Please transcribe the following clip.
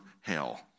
hell